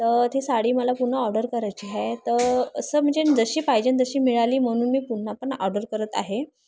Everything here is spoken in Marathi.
तर ती साडी मला पुन्हा ऑर्डर करायची आहे तर असं म्हणजे जशी पाहिजेन जशी मिळाली म्हणून मी पुन्हा पण ऑर्डर करत आहे